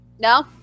No